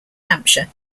hampshire